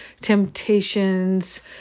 temptations